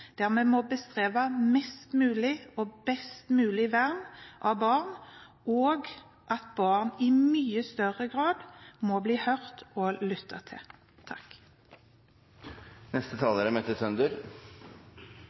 må bestrebe oss på mest mulig og best mulig vern av barn, og at barn i mye større grad må bli hørt og lyttet til.